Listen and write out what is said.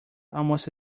almost